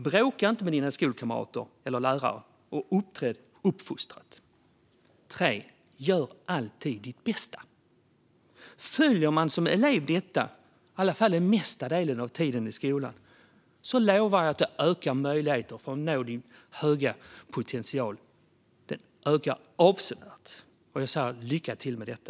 Bråka inte med dina skolkamrater eller lärare. Uppträd uppfostrat. Gör alltid ditt bästa. Om man som elev följer dessa råd, i alla fall den mesta delen av tiden i skolan, lovar jag att det avsevärt ökar möjligheten för eleven att nå sin potential. Lycka till med detta!